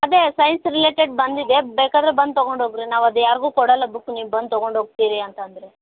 ಅದೇ science related ಬಂದಿದೆ ಬೇಕಾದ್ರೆ ಬಂದು ತೊಗೊಂಡೋಗಿರಿ ನಾವು ಅದು ಯಾರಿಗೂ ಕೊಡೋಲ್ಲ ಬುಕ್ ನೀವು ಬಂದು ತೊಗೊಂಡೋಗ್ತೀರಿ ಅಂತಂದರೆ